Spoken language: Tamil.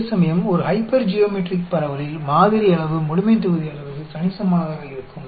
அதேசமயம் ஒரு ஹைப்பர்ஜியோமெட்ரிக் பரவலில் மாதிரி அளவு முழுமைத்தொகுதி அளவுக்கு கணிசமானதாக இருக்கும்